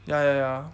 ya ya ya